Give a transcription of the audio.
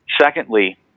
Secondly